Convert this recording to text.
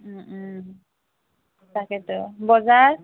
তাকেটো বজাৰ